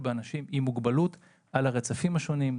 באנשים עם מוגבלות על הרצפים השונים,